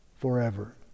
forever